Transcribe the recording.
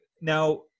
now